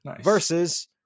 versus